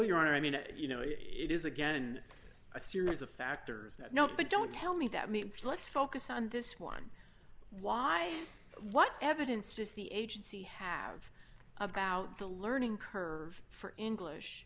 your honor i mean you know it is again a series of factors that don't but don't tell me that me let's focus on this one why what evidence does the agency have about the learning curve for english